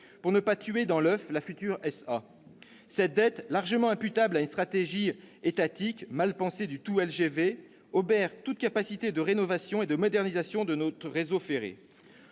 pour ne pas tuer dans l'oeuf la future société anonyme. Cette dette, largement imputable à une stratégie étatique mal pensée du tout LGV, obère toute capacité de rénovation et de modernisation de notre réseau ferré.